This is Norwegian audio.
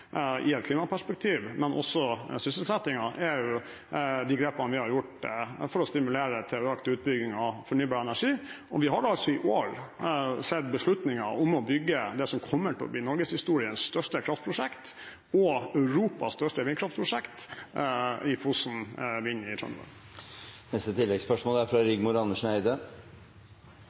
i et klimaperspektiv, men også sysselsettingen, er de grepene vi har gjort for å stimulere til økt utbygging av fornybar energi. Vi har altså i år sett beslutninger om å bygge det som kommer til å bli norgeshistoriens største kraftprosjekt og Europas største vindkraftprosjekt: Fosen Vind i Trøndelag.